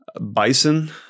bison